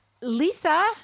Lisa